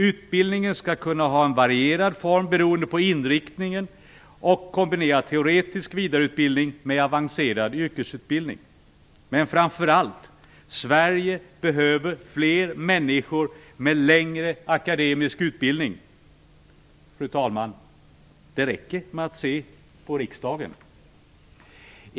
Utbildningen skall kunna ha en varierad form beroende på inriktningen och kombinera teoretisk vidareutbildning med avancerad yrkesutbildning. Men framför allt behöver Sverige fler människor med längre akademisk utbildning. Fru talman! Det räcker med att se på riksdagen.